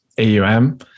AUM